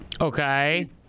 Okay